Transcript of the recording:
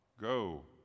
Go